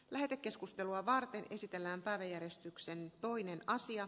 lähetekeskustelua varten esitellään paremmankin vastuun heistä